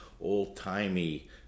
old-timey